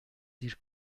دیر